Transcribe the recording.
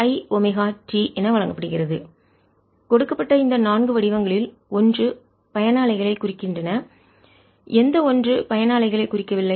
A cos πxL isin πxL eiωt கொடுக்கப்பட்ட இந்த நான்கு வடிவங்களில் ஒன்று பயண அலைகளை குறிக்கின்றன எந்த ஒன்று பயண அலைகளை குறிக்கவில்லை